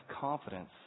confidence